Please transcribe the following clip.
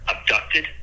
abducted